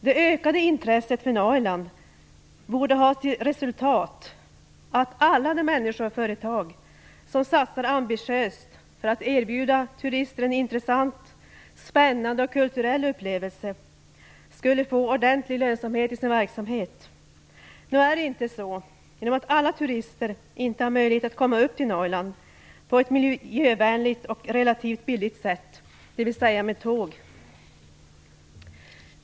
Det ökade intresset för Norrland borde resultera i att alla de människor och företag som satsar ambitiöst för att erbjuda turister en intressant, spännande och kulturell upplevelse skulle få en ordentlig lönsamhet i sin verksamhet. Nu är det inte så, eftersom alla turister inte har möjlighet att komma upp till Norrland på ett miljövänligt och relativt billigt sätt, dvs. med tåg.